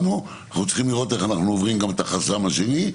ואנחנו צריכים לראות איך אנחנו עוברים גם את החסם השני,